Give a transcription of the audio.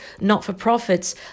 not-for-profits